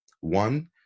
One